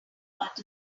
butt